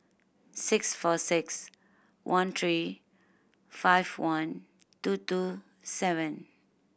six four six one three five one two two seven